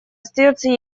остается